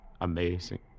Amazing